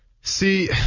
See